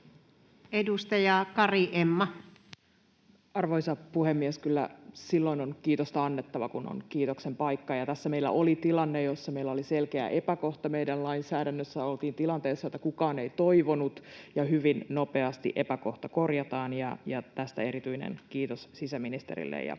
Edustaja Kari, Emma. Arvoisa puhemies! Kyllä silloin on kiitosta annettava, kun on kiitoksen paikka. Tässä meillä oli tilanne, jossa meillä oli selkeä epäkohta meidän lainsäädännössä, ja oltiin tilanteessa, jota kukaan ei toivonut, ja hyvin nopeasti epäkohta korjataan. Tästä erityinen kiitos sisäministerille ja koko hallitukselle.